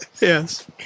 Yes